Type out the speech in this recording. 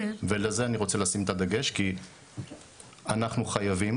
ולזה אני רוצה לשים את הדגש כי אנחנו חייבים,